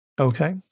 Okay